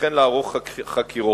וכן לערוך חקירות.